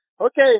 okay